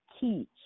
teach